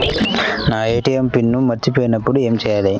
నా ATM pin మర్చిపోయినప్పుడు ఏమి చేయాలి?